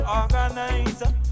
organizer